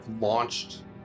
launched